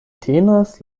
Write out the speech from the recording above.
tenas